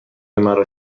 مرا